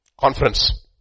conference